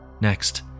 Next